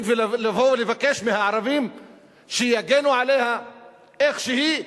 ולבוא לבקש מהערבים שיגנו עליה איך שהיא,